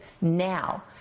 now